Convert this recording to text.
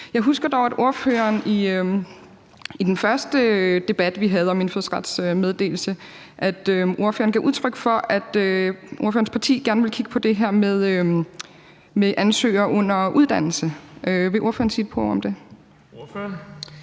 Jeg husker dog, at ordføreren i den første debat, vi havde om indfødsrets meddelelse, gav udtryk for, at ordførerens parti gerne ville kigge på det her med ansøgere under uddannelse. Vil ordføreren sige et par ord om det?